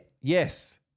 Yes